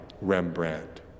Rembrandt